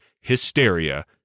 Hysteria